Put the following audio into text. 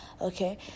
okay